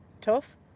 tough